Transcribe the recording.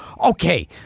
okay